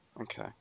Okay